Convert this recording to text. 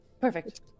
perfect